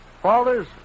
Fathers